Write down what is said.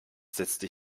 setzte